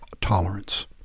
Tolerance